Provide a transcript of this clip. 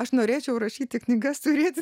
aš norėčiau rašyti knygas turėti